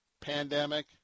pandemic